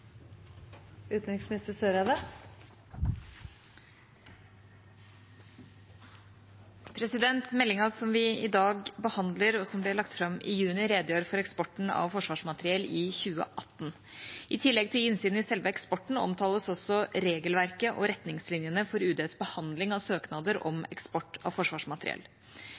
som vi i dag behandler, og som ble lagt fram i juni, redegjør for eksporten av forsvarsmateriell i 2018. I tillegg til å gi innsyn i selve eksporten omtales også regelverket og retningslinjene for UDs behandling av søknader om eksport av forsvarsmateriell.